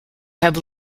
have